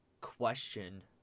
question